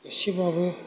एसेब्लाबो